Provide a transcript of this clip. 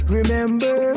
remember